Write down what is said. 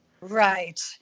right